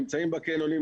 נמצאים בקניונים,